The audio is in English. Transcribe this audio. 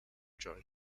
join